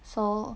so